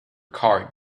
card